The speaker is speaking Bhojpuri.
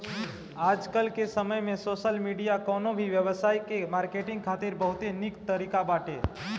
आजकाल के समय में सोशल मीडिया कवनो भी व्यवसाय के मार्केटिंग खातिर बहुते निक तरीका बाटे